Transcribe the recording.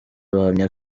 bahamya